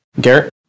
Garrett